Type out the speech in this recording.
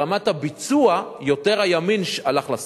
ברמת הביצוע, הימין הלך יותר לשמאל,